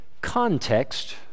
context